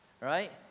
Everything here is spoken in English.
right